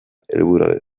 helburuarena